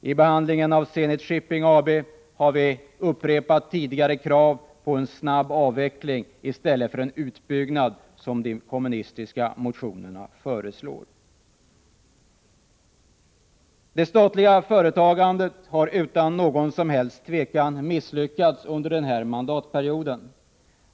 I behandlingen av Zenit Shipping AB har vi upprepat tidigare krav på en snabb avveckling i stället för en utbyggnad, som de kommunistiska motionärerna föreslår. Det statliga företagandet har utan något som helst tvivel misslyckats under denna mandatperiod.